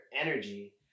energy